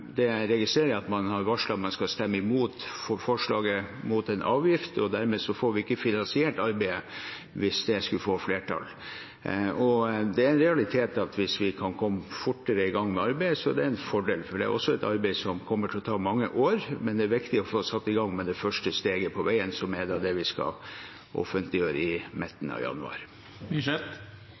registrerer at man har varslet at man skal stemme imot forslaget om en avgift, og dermed får vi ikke finansiert arbeidet hvis det skulle få flertall. Det er en realitet at hvis vi kan komme fortere i gang med arbeidet, er det en fordel, for det er et arbeid som kommer til å ta mange år. Det er viktig å få satt i gang med det første steget på veien, som er det vi skal offentliggjøre i midten av januar.